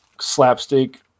slapstick